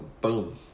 boom